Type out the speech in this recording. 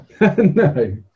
No